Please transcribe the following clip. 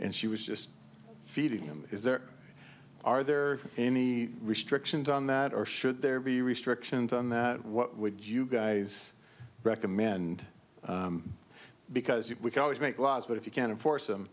and she was just feeding them is there are there any restrictions on that or should there be restrictions on the what would you guys recommend because you can always make laws but if you can't enforce them